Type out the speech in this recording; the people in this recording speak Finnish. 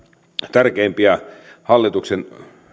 tärkeimpiä hallituksen